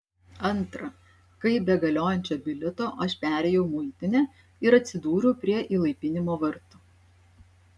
antra kaip be galiojančio bilieto aš perėjau muitinę ir atsidūriau prie įlaipinimo vartų